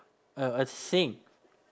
a a thing